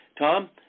Tom